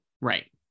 right